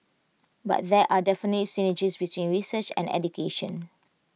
and there are definitely synergies between research and education